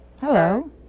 Hello